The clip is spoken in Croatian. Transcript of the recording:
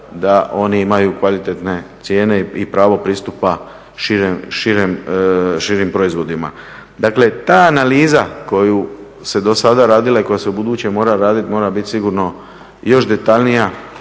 da oni imaju kvalitetne cijene i pravo pristupa širim proizvodima. Dakle, ta analiza koju se dosada radilo i koja se ubuduće mora raditi, mora biti sigurno još detaljnija,